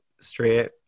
straight